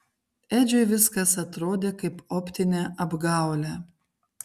edžiui viskas atrodė kaip optinė apgaulė